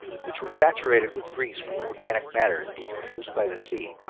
which were saturated with grease from organic matter decomposed by the sea,